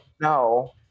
no